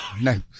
No